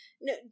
no